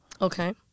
Okay